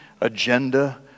agenda